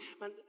man